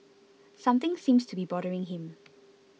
something seems to be bothering him